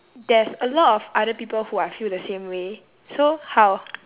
there's a lot of other people who I feel the same way so how